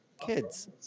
kids